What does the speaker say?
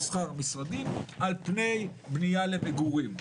למסחר ולמשרדים על פני בנייה למגורים.